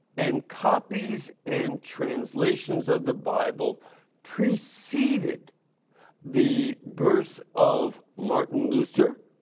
and copies and translations of the bible preceded the birth of martin luther,